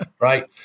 Right